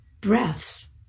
breaths